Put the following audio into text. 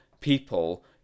people